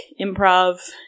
Improv